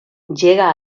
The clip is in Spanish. llega